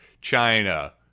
China